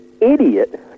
idiot